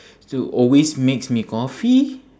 who always makes me coffee